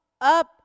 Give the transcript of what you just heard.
up